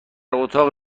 اتاق